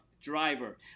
driver